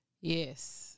Yes